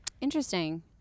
Interesting